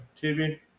TV